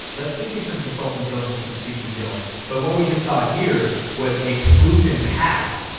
let's get you some consulting deals and some speaking deals. but what we just saw here was a proven path.